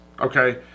Okay